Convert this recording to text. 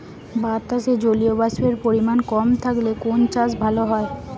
বাতাসে জলীয়বাষ্পের পরিমাণ কম থাকলে কোন চাষ ভালো হয়?